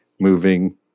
moving